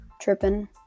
tripping